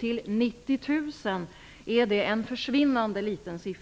till 90 000. Det är alltså en försvinnande liten del.